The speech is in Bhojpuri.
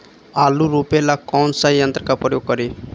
आलू रोपे ला कौन सा यंत्र का प्रयोग करी?